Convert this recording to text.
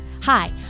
Hi